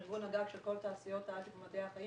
ארגון הגג של כל תעשיות ההייטק ומדעי החיים